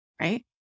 right